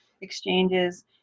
exchanges